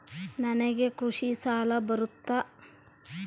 ನನಗೆ ಕೃಷಿ ಸಾಲ ಬರುತ್ತಾ?